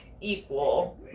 equal